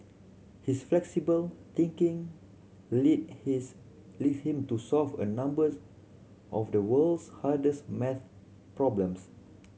his flexible thinking led his led him to solve a numbers of the world's hardest maths problems